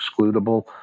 excludable